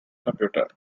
computer